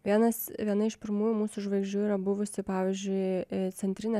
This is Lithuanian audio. vienas viena iš pirmųjų mūsų žvaigždžių yra buvusi pavyzdžiui centrinė